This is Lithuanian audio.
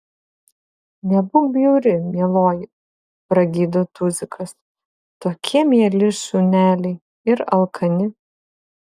nebūk bjauri mieloji pragydo tuzikas tokie mieli šuneliai ir alkani